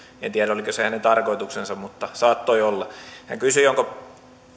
en tiedä oliko se hänen tarkoituksensa mutta saattoi olla onko